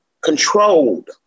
controlled